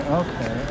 okay